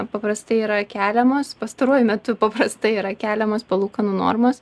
paprastai yra keliamos pastaruoju metu paprastai yra keliamos palūkanų normos